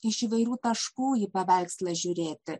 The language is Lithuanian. iš įvairių taškų į paveikslą žiūrėti